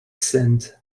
cent